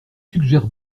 suggère